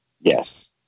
Yes